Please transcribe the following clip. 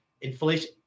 inflation